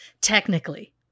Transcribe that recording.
Technically